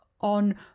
on